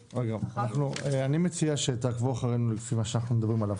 אני מציע שתעקבו אחרינו לפי מה שאנחנו מדברים עליו.